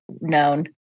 known